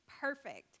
perfect